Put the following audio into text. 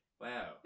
wow